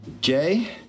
Jay